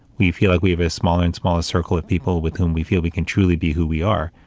we feel like we have a smaller and smaller circle of people with whom we feel we can truly be who we are.